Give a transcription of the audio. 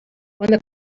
when